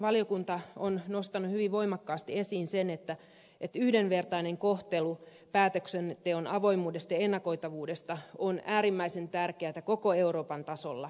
valtiovarainvaliokunta on nostanut hyvin voimakkaasti esiin sen että yhdenvertainen kohtelu päätöksenteon avoimuudessa ja ennakoitavuudessa on äärimmäisen tärkeätä koko euroopan tasolla